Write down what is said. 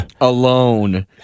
Alone